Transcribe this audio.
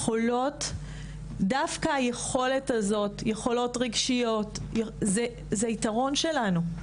דווקא היכולת הזאת והיכולות הרגשיות הן היתרון שלנו.